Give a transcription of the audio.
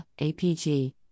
APG